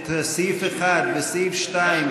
את סעיף 1 ואת סעיף 2,